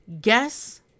guess